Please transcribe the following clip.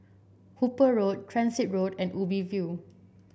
Hooper Road Transit Road and Ubi View